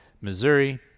Missouri